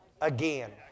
again